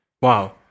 Wow